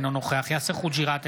אינו נוכח יאסר חוג'יראת,